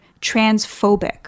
transphobic